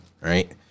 Right